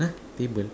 table